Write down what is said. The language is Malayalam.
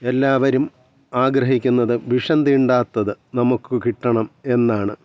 എല്ലാവരും ആഗ്രഹിക്കുന്നത് വിഷം തീണ്ടാത്തത് നമുക്ക് കിട്ടണം എന്നാണ്